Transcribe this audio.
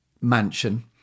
mansion